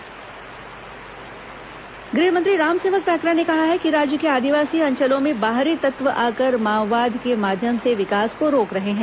दीक्षांत परेड समारोह गृहमंत्री रामसेवक पैकरा ने कहा है कि राज्य के आदिवासी अंचलों में बाहरी तत्व आकर माओवाद के माध्यम से विकास को रोक रहे हैं